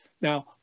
Now